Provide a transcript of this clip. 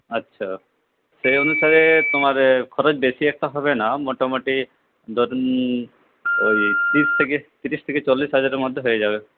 আচ্ছা সেই অনুসারে তোমার খরচ বেশি একটা হবে না মোটামুটি ধরুন ওই তিরিশ থেকে তিরিশ থেকে চল্লিশ হাজারের মধ্যে হয়ে যাবে